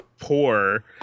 poor